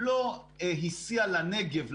לא השיאה לנגב,